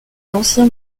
l’ancien